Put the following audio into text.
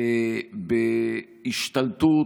בהשתלטות